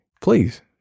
please